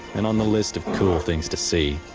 and on the list of cool things to see,